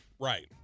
Right